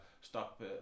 stop